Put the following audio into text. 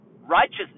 righteousness